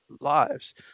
lives